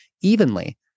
evenly